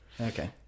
Okay